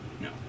No